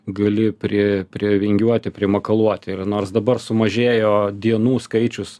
gali pri privingiuoti primakaluoti ir nors dabar sumažėjo dienų skaičius